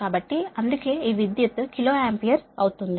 కాబట్టి అందుకే ఈ విద్యుత్ కిలో ఆంపియర్ అవుతుంది